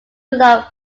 enough